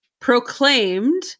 proclaimed